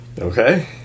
Okay